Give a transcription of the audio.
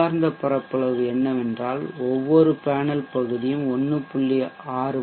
உள்ளார்ந்த பரப்பளவுஎன்னவென்றால் ஒவ்வொரு பேனல் பகுதியும் 1